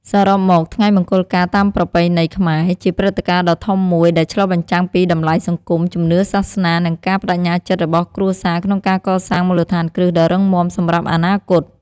សរុបមក ថ្ងៃមង្គលការតាមប្រពៃណីខ្មែរ ជាព្រឹត្តិការណ៍ដ៏ធំមួយដែលឆ្លុះបញ្ចាំងពីតម្លៃសង្គម ជំនឿសាសនា និងការប្តេជ្ញាចិត្តរបស់គ្រួសារក្នុងការកសាងមូលដ្ឋានគ្រឹះដ៏រឹងមាំសម្រាប់អនាគត។